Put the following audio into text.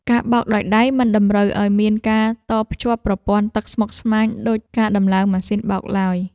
ការបោកដោយដៃមិនតម្រូវឱ្យមានការតភ្ជាប់ប្រព័ន្ធទឹកស្មុគស្មាញដូចការដំឡើងម៉ាស៊ីនបោកឡើយ។